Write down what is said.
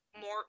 more